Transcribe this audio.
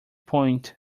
point